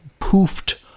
poofed